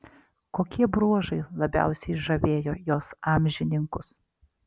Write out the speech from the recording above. kokie bruožai labiausiai žavėjo jos amžininkus